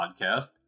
podcast